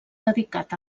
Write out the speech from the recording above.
dedicat